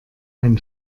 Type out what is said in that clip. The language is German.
ein